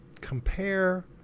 compare